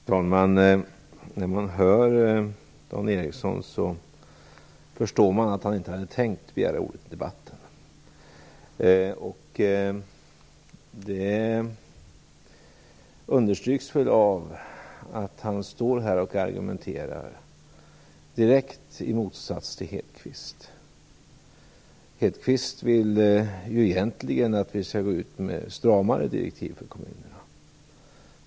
Fru talman! När man hör Dan Ericsson förstår man att han inte hade tänkt att begära ordet i debatten. Det understryks av att han står här och argumenterar tvärt emot Hedquist. Lennart Hedquist vill ju egentligen att vi skall gå ut med stramare direktiv för kommunerna.